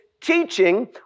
teaching